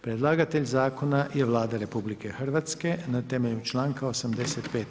Predlagatelj zakona je Vlada RH na temelju članka 85.